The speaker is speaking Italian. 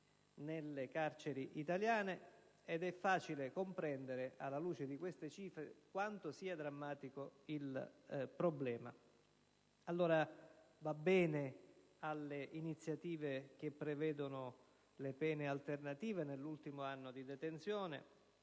nelle carceri italiane e facilmente comprenderete, alla luce delle suddette cifre, quanto sia drammatico il problema. Allora, va bene portare avanti iniziative che prevedano pene alternative nell'ultimo anno di detenzione,